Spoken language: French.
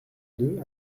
deux